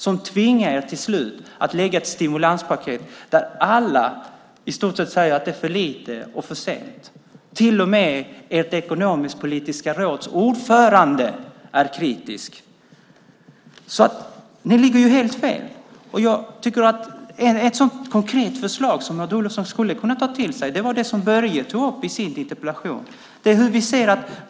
Nu tvingas ni till slut lägga fram ett stimulanspaket som i stort sett alla säger är för litet och kommer för sent. Till och med ordföranden för ert ekonomisk-politiska råd är kritisk. Ni ligger alltså helt fel. Ett konkret förslag som Maud Olofsson skulle kunna ta till sig är det som Börje tog upp i sin interpellation.